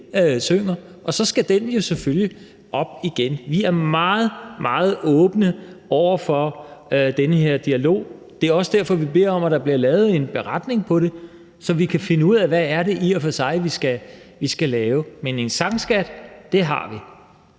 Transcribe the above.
synger, og så skal den jo selvfølgelig op igen. Vi er meget, meget åbne over for den her dialog. Det er også derfor, vi beder om at få lavet en beretning på det, så vi kan finde ud af, hvad det i og for sig er, vi skal lave, men en sangskat – det har vi.